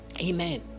Amen